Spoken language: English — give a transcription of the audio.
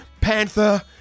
Panther